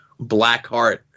Blackheart